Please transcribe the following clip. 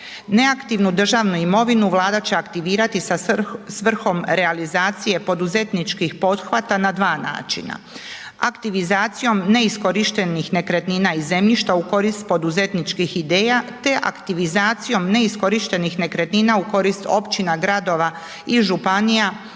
Neaktivnu državnu imovinu Vlada će aktivirati sa svrhom realizacije poduzetničkih pothvata na dva načina. Aktivizacijom neiskorištenih nekretnina i zemljišta u korist poduzetničkih ideja te aktivizacijom neiskorištenih nekretnina u korist općina, gradova i županija,